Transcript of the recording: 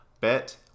bet